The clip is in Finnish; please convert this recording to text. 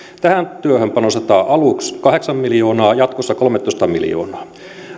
tähän työhön panostetaan aluksi kahdeksan miljoonaa jatkossa kolmetoista miljoonaa